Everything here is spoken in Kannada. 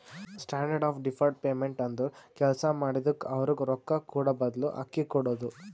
ಸ್ಟ್ಯಾಂಡರ್ಡ್ ಆಫ್ ಡಿಫರ್ಡ್ ಪೇಮೆಂಟ್ ಅಂದುರ್ ಕೆಲ್ಸಾ ಮಾಡಿದುಕ್ಕ ಅವ್ರಗ್ ರೊಕ್ಕಾ ಕೂಡಾಬದ್ಲು ಅಕ್ಕಿ ಕೊಡೋದು